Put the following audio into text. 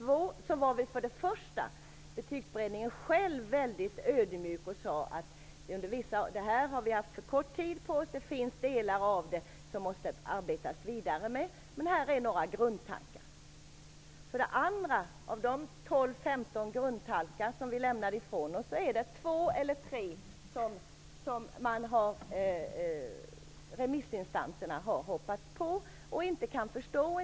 Vi ledamöter i Betygsberedningen var själva väldigt ödmjuka och sade att vi haft för kort tid på oss och att det fanns delar av betänkandet som man måste arbeta vidare med. Vi presenterade några grundtankar. Remissinstanserna har hoppat på två eller tre av de 12--15 grundtankar som vi lämnade ifrån oss. De kan inte förstå dem och inte acceptera dem.